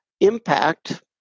impact